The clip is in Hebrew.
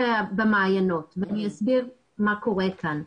ובמעיינות, ואני אסביר מה קורה כאן.